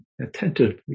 attentively